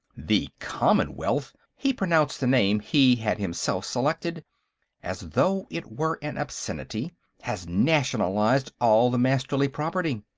the commonwealth, he pronounced the name he had himself selected as though it were an obscenity has nationalized all the masterly property.